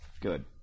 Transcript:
Good